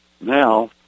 Now